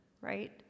right